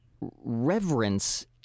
reverence